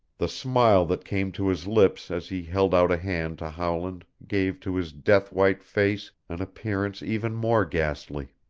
the smile that came to his lips as he held out a hand to howland gave to his death-white face an appearance even more ghastly.